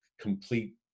complete